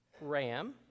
Ram